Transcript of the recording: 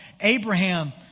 Abraham